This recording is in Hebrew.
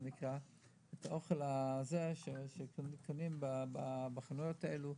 את האוכל הזה שקונים בחנויות האלה,